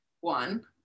One